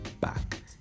back